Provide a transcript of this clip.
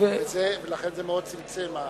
לכן זה מאוד צמצם.